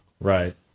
Right